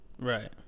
Right